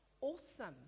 awesome